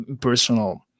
personal